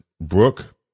Brooke